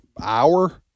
hour